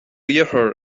dheartháir